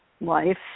life